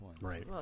Right